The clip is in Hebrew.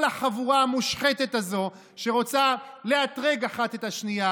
כל החבורה המושחתת הזו רוצה לאתרג אחד את השני,